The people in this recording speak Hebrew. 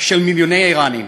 של מיליוני איראנים.